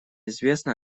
известно